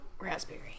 Raspberry